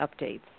updates